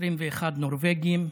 21 נורבגים,